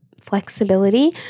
flexibility